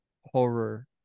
horror